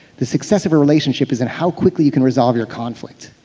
the success of a relationship is in how quickly you can resolve your conflict,